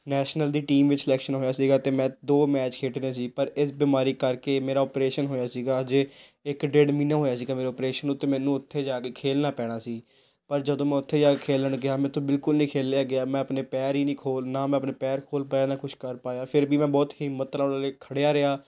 national ਦੀ team ਵਿੱਚ selection ਹੋਇਆ ਸੀਗਾ ਅਤੇ ਮੈਂ ਦੋ ਮੈਚ ਖੇਡਣੇ ਸੀ ਪਰ ਇਸ ਬਿਮਾਰੀ ਕਰਕੇ ਮੇਰਾ ਓਪ੍ਰੇਸ਼ਨ ਹੋਇਆ ਸੀਗਾ ਹਜੇ ਇੱਕ ਡੇਢ ਮਹੀਨਾ ਹੋਇਆ ਸੀਗਾ ਮੇਰੇ ਓਪ੍ਰੇਸ਼ਨ ਨੂੰ ਅਤੇ ਮੈਨੂੰ ਉੱਥੇ ਜਾ ਕੇ ਖੇਡਣਾ ਪੈਣਾ ਸੀ ਪਰ ਜਦੋ ਮੈਂ ਉੱਥੇ ਜਾ ਕੇ ਖੇਡਣ ਲੱਗਿਆ ਮੇਰੇ ਤੋਂ ਬਿਲਕੁਲ ਨਹੀਂ ਖੇਡਿਆ ਗਿਆ ਮੈਂ ਆਪਣੇ ਪੈਰ ਹੀ ਨਹੀਂ ਖੋਲ੍ਹ ਨਾ ਮੈਂ ਆਪਣੇ ਪੈਰ ਖੋਲ੍ਹ ਪਾਇਆ ਨਾ ਕੁਛ ਕਰ ਪਾਇਆ ਫਿਰ ਵੀ ਮੈਂ ਬਹੁਤ ਹਿੰਮਤ ਨਾਲ ਉਰੇ ਖੜ੍ਹਿਆ ਰਿਹਾ